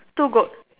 two goat